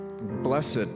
blessed